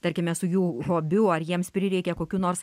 tarkime su jų hobiu ar jiems prireikia kokių nors